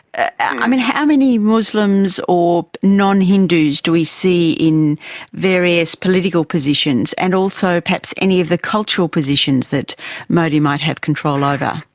and how many muslims or non-hindus do we see in various political positions, and also perhaps any of the cultural positions that modi might have control over?